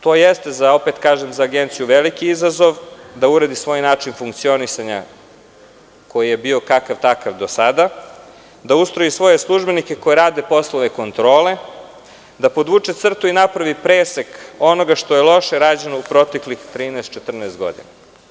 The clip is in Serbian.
To jeste, opet kažem, za Agenciju veliki izazov da uredi svoj način funkcionisanja koji je bio kakav takav do sada, da ustroji svoje službenike koji rade poslove kontrole, da podvuče crtu i napravi presek onoga što je loše rađeno u proteklih 13, 14 godina.